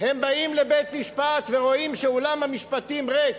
הם באים לבית-המשפט ורואים שאולם המשפטים ריק.